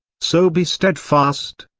so be steadfast.